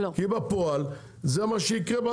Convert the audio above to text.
כי בפועל זה מה שיקרה,